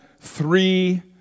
three